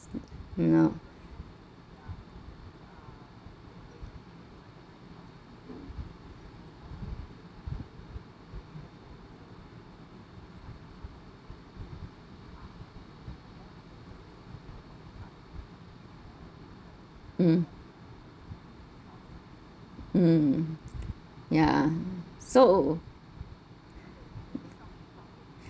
no mm mm ya so